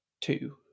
Two